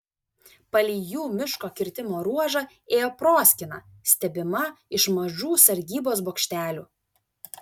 palei jų miško kirtimo ruožą ėjo proskyna stebima iš mažų sargybos bokštelių